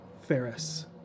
Ferris